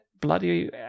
bloody